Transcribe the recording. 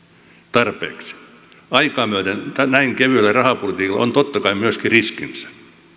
tarpeeksi aikaa myöten näin kevyellä rahapolitiikalla on totta kai myöskin riskinsä